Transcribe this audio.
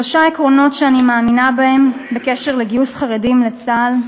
בשלושה עקרונות אני מאמינה בקשר לגיוס חרדים לצה"ל,